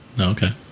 Okay